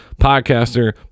podcaster